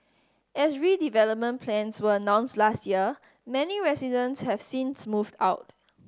as redevelopment plans were announced last year many residents have since moved out